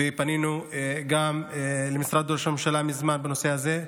ופנינו גם למשרד ראש הממשלה מזמן בנושא הזה,